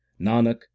Nanak